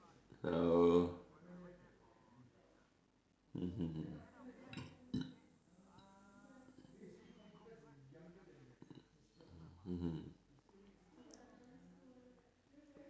oh mmhmm mmhmm